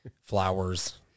flowers